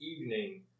evening